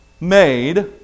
made